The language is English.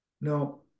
Now